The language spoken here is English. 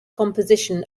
composition